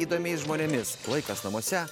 įdomiais žmonėmis laikas namuose